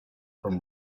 from